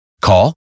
Call